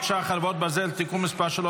חרבות ברזל) (תיקון מס' 3),